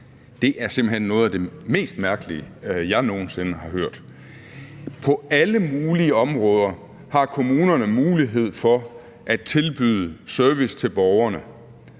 Det er simpelt hen noget af det mest mærkelige, jeg nogensinde har hørt. På alle mulige områder har kommunerne mulighed for at tilbyde service til borgerne: